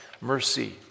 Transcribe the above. mercy